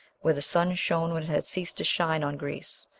where the sun shone when it had ceased to shine on greece,